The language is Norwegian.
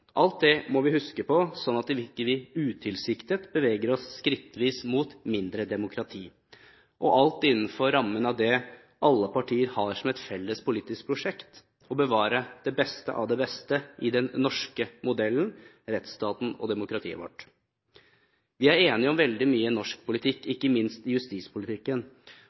Alt det må vi huske på, slik at vi ikke utilsiktet beveger oss skrittvis mot mindre demokrati. Alt dette må skje innenfor rammen av det alle partier har som et felles politisk prosjekt: å bevare det beste av det beste i den norske modellen, rettsstaten og demokratiet vårt. Vi er enige om veldig mye i norsk politikk, ikke minst i justispolitikken,